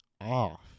off